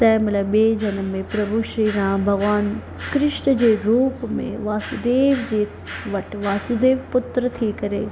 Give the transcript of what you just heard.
तंहिंमहिल ॿिए जनम में प्रभु श्री राम भॻवान कृष्ण जे रूप में वासुदेव जे वटि वासुदेव पुत्र थी करे